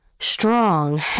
strong